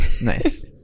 nice